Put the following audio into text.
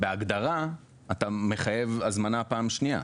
בהגדרה, אתה מחייב הזמנה פעם שנייה.